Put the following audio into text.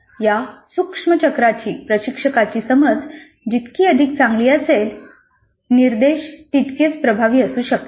या सूक्ष्म चक्राची प्रशिक्षकाची समज जितकी अधिक चांगली असेल निर्देश तितकेच प्रभावी असू शकतील